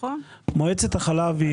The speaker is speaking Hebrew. יש